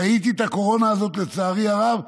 חייתי את הקורונה הזאת, לצערי הרב,